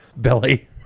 Billy